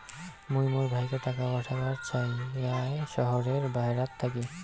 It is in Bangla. মুই মোর ভাইকে টাকা পাঠাবার চাই য়ায় শহরের বাহেরাত থাকি